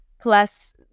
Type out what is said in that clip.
plus